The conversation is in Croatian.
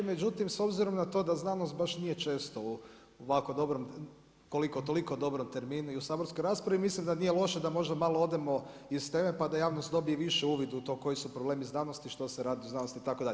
Međutim s obzirom na to da znanost nije baš često u ovako dobrom, koliko toliko dobrom terminu i u saborskoj raspravi mislim da nije loše da možda malo odemo iz teme, pa da javnost dobije više uvid u to koji su problemi znanosti, što se radi u znanosti itd.